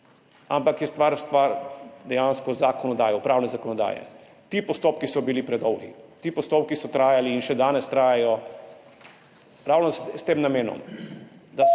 ampak je stvar dejansko stvar zakonodaje, pravne zakonodaje. Ti postopki so bili predolgi, ti postopki so trajali in še danes trajajo ravno s tem namenom,